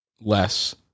less